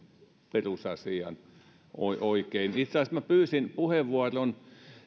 perusasian oikein itse asiassa minä pyysin puheenvuoron